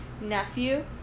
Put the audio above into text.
nephew